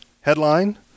Headline